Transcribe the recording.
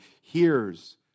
hears